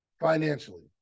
financially